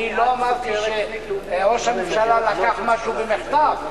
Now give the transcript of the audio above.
אני לא אמרתי שראש הממשלה לקח משהו במחטף,